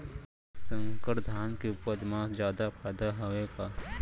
संकर धान के उपज मा जादा फायदा हवय का?